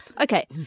Okay